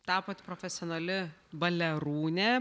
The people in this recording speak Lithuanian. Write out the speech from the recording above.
tapot profesionali balerūnė